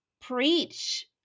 preach